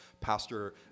Pastor